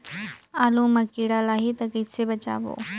आलू मां कीड़ा लाही ता कइसे बचाबो?